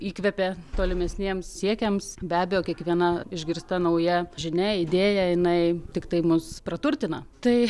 įkvepia tolimesniems siekiams be abejo kiekviena išgirsta nauja žinia idėja jinai tiktai mus praturtina tai